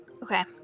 Okay